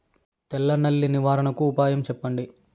తెల్ల నల్లి నివారణకు ఉపాయం చెప్పండి?